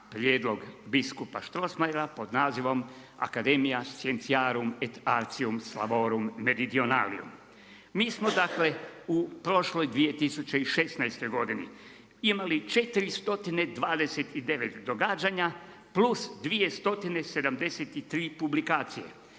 prijedlog biskupa Strossmayera pod nazivom Academia Scienciarum et Asrtium Slavorum Meridionalium. Mi smo dakle u prošloj 2016. godini imali 429 događanja plus 273 publikacije.